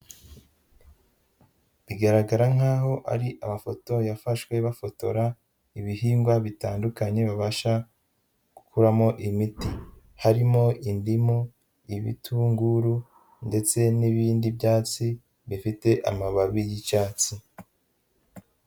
Bigaragara nk'aho ari amafoto yafashwe bafotora ibihingwa bitandukanye babasha gukuramo imiti harimo indimu, ibitunguru ndetse n'ibindi byatsi bifite amababi y'icyatsi.